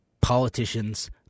politicians